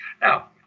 Now